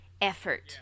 effort